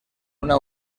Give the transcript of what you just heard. una